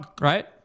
right